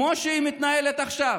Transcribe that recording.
כמו שהיא מתנהלת עכשיו,